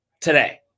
today